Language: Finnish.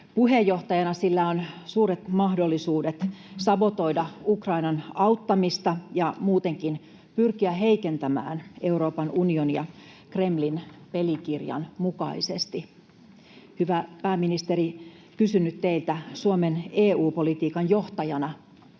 Puheenjohtajana sillä on suuret mahdollisuudet sabotoida Ukrainan auttamista ja muutenkin pyrkiä heikentämään Euroopan unionia Kremlin pelikirjan mukaisesti. Hyvä pääministeri, kysyn nyt teiltä, Suomen EU-politiikan johtajalta: